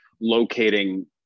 locating